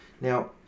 now